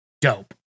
dope